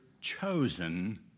chosen